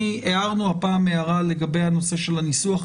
הערנו הפעם הערה לגבי הנושא של הניסוח.